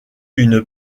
une